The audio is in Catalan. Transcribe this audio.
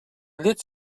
llet